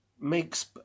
makes